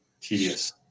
tedious